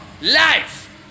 life